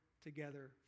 together